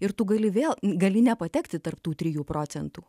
ir tu gali vėl gali nepatekti tarp tų trijų procentų